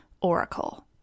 Oracle